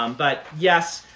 um but, yes.